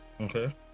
Okay